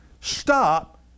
Stop